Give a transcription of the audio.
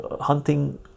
hunting